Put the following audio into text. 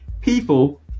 people